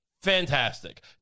fantastic